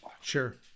Sure